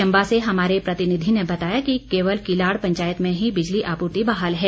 चम्बा से हमारे प्रतिनिधि ने बताया कि केवल किलाड़ पंचायत में ही बिजली आपूर्ति बहाल है